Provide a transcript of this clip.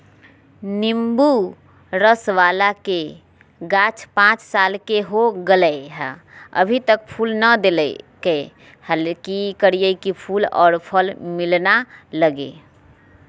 नेंबू रस बाला के गाछ पांच साल के हो गेलै हैं अभी तक फूल नय देलके है, की करियय की फूल और फल मिलना लगे?